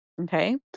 Okay